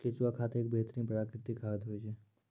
केंचुआ खाद एक बेहतरीन प्राकृतिक खाद होय छै